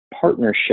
partnership